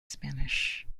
spanish